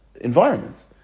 environments